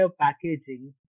packaging